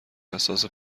حساس